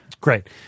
Great